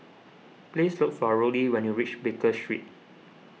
please look for Rollie when you reach Baker Street